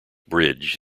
bridge